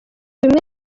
bimwe